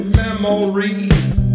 memories